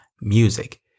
Music